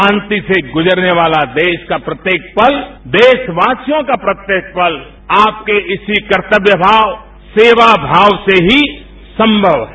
शांति से गुजरने वाला देश का प्रत्येक पल देशवासियों का प्रत्येक पल आपके इसी कर्तव्यभाव सेवाभाव से ही संभव है